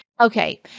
Okay